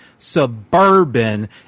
suburban